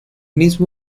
mismo